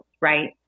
right